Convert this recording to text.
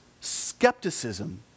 skepticism